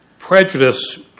prejudice